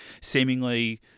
seemingly